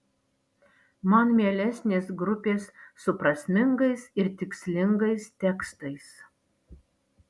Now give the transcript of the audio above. man mielesnės grupės su prasmingais ir tikslingais tekstais